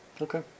Okay